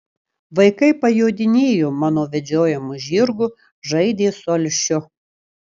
vaikai pajodinėjo mano vedžiojamu žirgu žaidė su alšiu